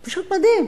זה פשוט מדהים.